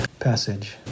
Passage